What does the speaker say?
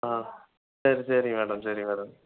ஆ சரி சரி மேடம் சரி மேடம்